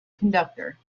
conductor